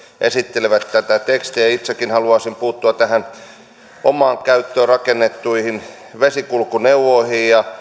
esittelivät tätä tekstiä itsekin haluaisin puuttua näihin omaan käyttöön rakennettuihin vesikulkuneuvoihin